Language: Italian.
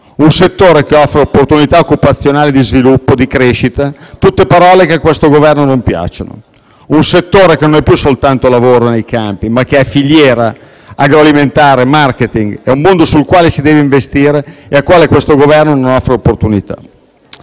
Un settore che offre opportunità occupazionali, di sviluppo, di crescita, tutte parole che a questo Governo non piacciono. Un settore che non è più soltanto lavoro nei campi, ma che è filiera, agroalimentare, *marketing*, un mondo sul quale si deve investire e al quale questo Governo non offre opportunità.